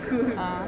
ah